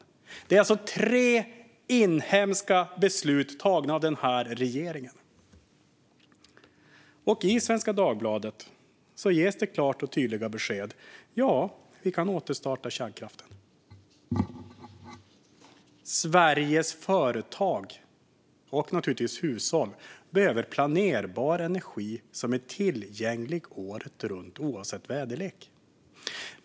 Det rör sig alltså om tre inhemska beslut tagna av den här regeringen. I Svenska Dagbladet ges klara och tydliga besked: Ja, vi kan återstarta kärnkraften. Sveriges företag och, naturligtvis, hushåll behöver planerbar energi som är tillgänglig året runt, oavsett väderlek.